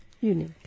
Unique